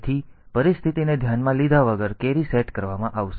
તેથી પરિસ્થિતિને ધ્યાનમાં લીધા વગર કેરી સેટ કરવામાં આવશે